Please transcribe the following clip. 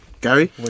Gary